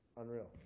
unreal